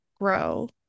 grow